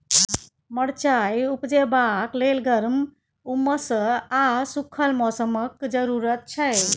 मरचाइ उपजेबाक लेल गर्म, उम्मस आ सुखल मौसमक जरुरत छै